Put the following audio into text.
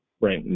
right